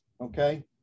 okay